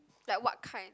like what kind